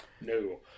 no